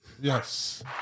Yes